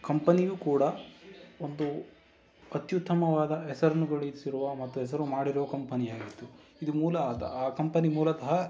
ಕಂಪನಿಯೂ ಕೂಡ ಒಂದು ಅತ್ಯುತ್ತಮವಾದ ಹೆಸರನ್ನು ಗಳಿಸಿರುವ ಮತ್ತು ಹೆಸರು ಮಾಡಿರುವ ಕಂಪನಿಯಾಗಿತ್ತು ಇದು ಮೂಲ ಆ ಕಂಪನಿ ಮೂಲತಃ